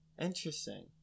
Interesting